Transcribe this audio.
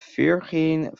fíorchaoin